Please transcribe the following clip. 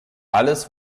alles